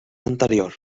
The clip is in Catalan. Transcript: anterior